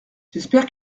j’espère